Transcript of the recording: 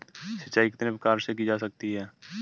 सिंचाई कितने प्रकार से की जा सकती है?